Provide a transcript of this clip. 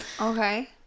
Okay